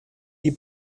die